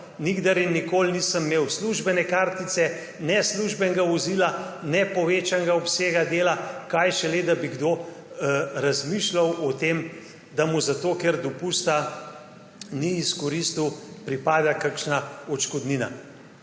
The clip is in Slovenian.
nikdar in nikoli nisem imel službene kartice, ne službenega vozila, ne povečanega obsega dela, kaj šele, da bi kdo razmišljal o tem, da ker dopusta ni izkoristil, mu pripada kakšna odškodnina.